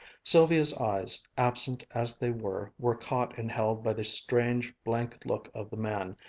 sylvia's eyes, absent as they were, were caught and held by the strange, blank look of the man,